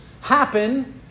happen